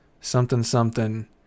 something-something